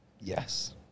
Yes